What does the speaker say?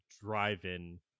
drive-in